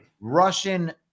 Russian